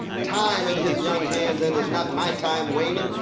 time in his young hands, and is not my time waning?